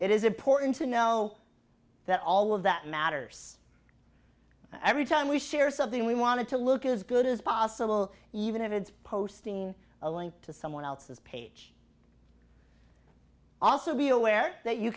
it is important to know that all of that matters every time we share something we wanted to look as good as possible even if it's posting a link to someone else's page also be aware that you